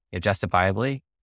justifiably